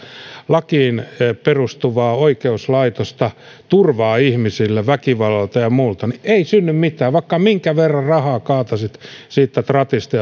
lakiin perustuvaa oikeuslaitosta turvaa ihmisille väkivallalta ja muulta niin ei synny mitään vaikka minkä verran rahaa kaataisit siitä tratista